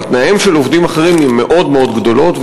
תנאיהם של עובדים אחרים הן מאוד מאוד גדולות,